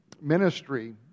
ministry